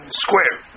square